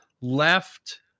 left